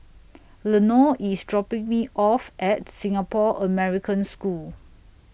Lenore IS dropping Me off At Singapore American School